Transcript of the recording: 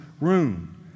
room